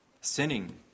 sinning